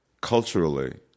culturally